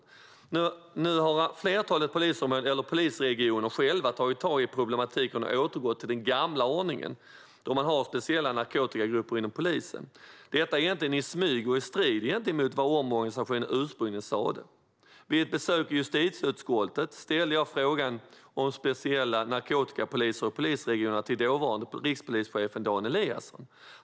Nu har ett flertal polisregioner själva tagit tag i problematiken och återgått till den gamla ordningen med speciella narkotikagrupper inom polisen. Detta har skett i smyg och står egentligen i strid med vad omorganisationen ursprungligen sa. Vid ett besök i justitieutskottet ställde jag frågan om speciella narkotikapoliser och polisregioner till dåvarande rikspolischef Dan Eliasson.